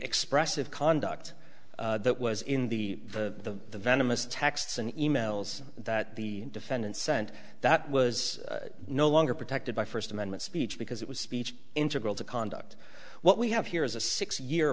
expressive conduct that was in the the venomous texts and e mails that the defendant sent that was no longer protected by first amendment speech because it was speech integral to conduct what we have here is a six year